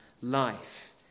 life